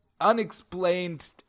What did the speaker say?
unexplained